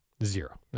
Zero